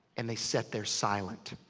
and they set there silent.